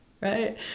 right